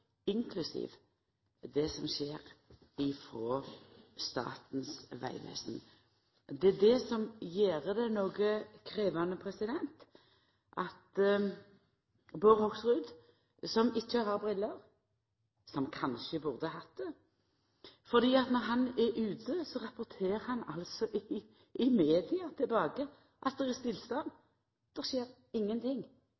inklusiv det som skjer i Statens vegvesen. Det gjer det noko krevjande at Bård Hoksrud, som ikkje har briller på, men som kanskje burde hatt det, er ute og rapporterer i media at det er stillstand